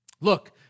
Look